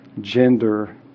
gender